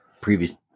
Previous